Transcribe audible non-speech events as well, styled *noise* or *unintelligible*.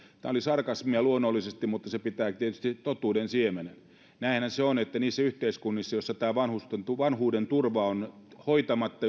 tämä oli sarkasmia luonnollisesti mutta se pitää tietysti sisällään totuuden siemenen näinhän se on että niissä yhteiskunnissa joissa tämä vanhuudenturva on hoitamatta *unintelligible*